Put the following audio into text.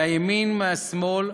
מהימין ומהשמאל,